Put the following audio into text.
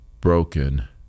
broken